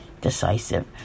decisive